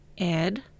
add